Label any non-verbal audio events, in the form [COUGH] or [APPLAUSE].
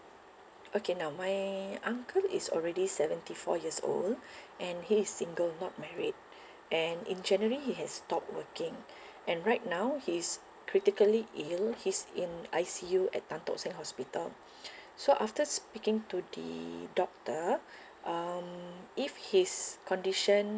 okay now my uncle is already seventy four years old [BREATH] and he is single not married [BREATH] and in january he has stopped working [BREATH] and right now he is critically ill he's in I_C_U at Tan Tock Seng hospital [BREATH] so after speaking to the doctor [BREATH] um if his condition